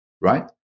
right